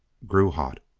grew hot.